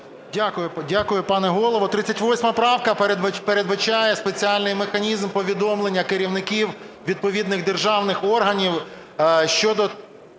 Дякую, пане Голово. 38 правка передбачає спеціальний механізм повідомлення керівників відповідних державних органів щодо